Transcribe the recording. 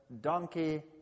donkey